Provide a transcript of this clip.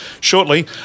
shortly